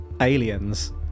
aliens